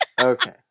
Okay